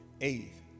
eighth